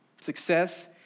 Success